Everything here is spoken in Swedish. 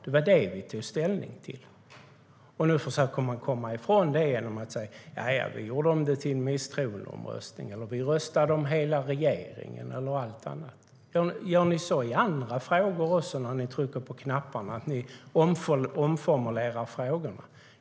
Det var det vi tog ställning till. Gör ni så i andra frågor också när ni trycker på knapparna att ni omformulerar frågorna?